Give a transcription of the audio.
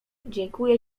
dziękuję